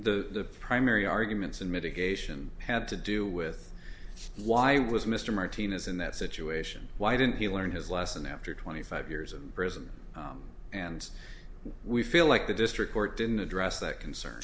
the primary arguments in mitigation had to do with why was mr martinez in that situation why didn't he learned his lesson after twenty five years in prison and we feel like the district court didn't address that concern